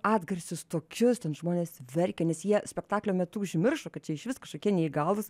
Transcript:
atgarsius tokius ten žmonės verkė nes jie spektaklio metu užmiršo kad čia išvis kažkokie neįgalūs